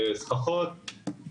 סככות,